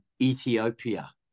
Ethiopia